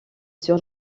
sur